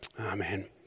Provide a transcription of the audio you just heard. Amen